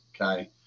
Okay